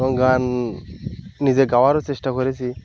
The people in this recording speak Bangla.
এবং গান নিজে গাওয়ারও চেষ্টা করেছি